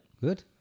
Good